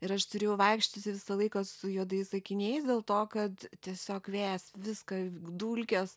ir aš turėjau vaikščioti visą laiką su juodais akiniais dėl to kad tiesiog vėjas viską dulkes